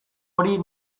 hori